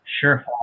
Sure